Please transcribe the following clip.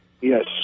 Yes